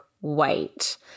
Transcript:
white